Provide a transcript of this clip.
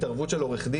התערבות של עו"ד,